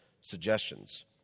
suggestions